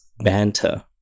Banter